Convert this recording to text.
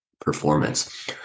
Performance